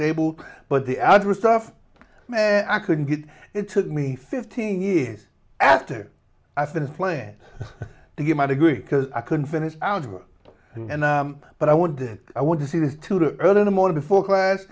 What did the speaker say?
table but the other stuff i couldn't get it took me fifteen years after i finished plan to get my degree because i couldn't finish algebra and but i wanted i want to see this tutor early in the morning before class